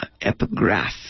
epigraph